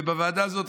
ובוועדה הזאת,